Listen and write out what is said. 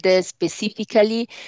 specifically